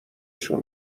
شون